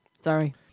Sorry